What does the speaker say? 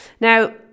Now